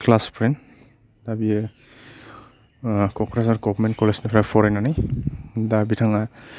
class friend दा बियो Kokrajhar government कलेजनिफ्राय फरायनानै दा बिथाङा